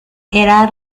era